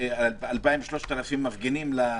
אקט אחד היה בסמכות מנכ"ל המשרד,